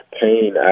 pain